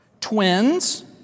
twins